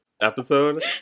episode